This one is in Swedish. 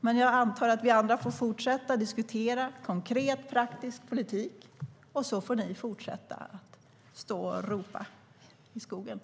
Men jag antar att vi andra får fortsätta att diskutera konkret, praktisk politik, och så får ni fortsätta att stå och ropa i skogen.